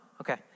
Okay